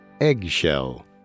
eggshell